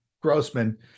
Grossman